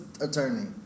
attorney